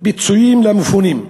פיצויים למפונים.